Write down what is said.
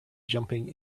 jumping